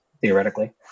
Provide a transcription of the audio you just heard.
theoretically